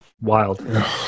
wild